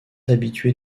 habitué